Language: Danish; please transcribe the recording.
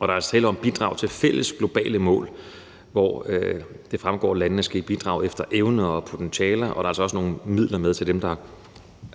Der er tale om bidrag til fælles globale mål, hvor det fremgår, at landene skal bidrage efter evne og potentiale, og der er altså også nogle midler med til dem, der